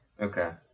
okay